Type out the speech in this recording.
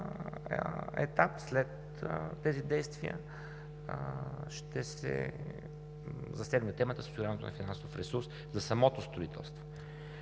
етап, след тези действия, ще се засегне темата с осигуряването на финансов ресурс за самото строителство.